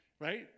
right